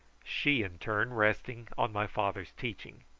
she in turn resting on my father's teaching.